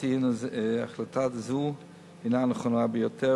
החלטה זו הינה הנכונה ביותר,